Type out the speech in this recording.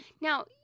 Now